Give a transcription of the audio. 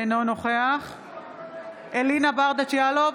אינו נוכח אלינה ברדץ' יאלוב,